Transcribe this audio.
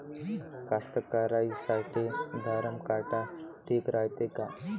कास्तकाराइसाठी धरम काटा ठीक रायते का?